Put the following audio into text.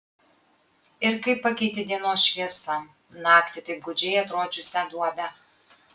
ir kaip pakeitė dienos šviesa naktį taip gūdžiai atrodžiusią duobę